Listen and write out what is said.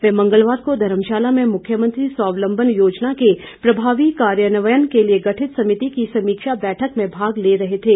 वे मंगलवार को धर्मशाला में मुख्यमंत्री स्वावलम्बन योजना के प्रभावी कार्यान्वयन के लिए गठित समिति की समीक्षा बैठक में भाग ले रहे थे